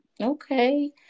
okay